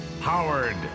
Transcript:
Howard